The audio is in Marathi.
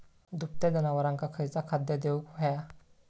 दुभत्या जनावरांका खयचा खाद्य देऊक व्हया?